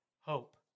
hope